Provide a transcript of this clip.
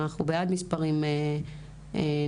אנחנו בעד מספרים נמוכים.